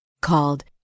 called